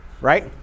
right